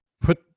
put